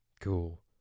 Cool